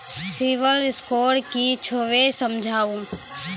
Civil score कि छियै समझाऊ?